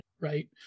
right